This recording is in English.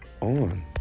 on